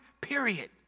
period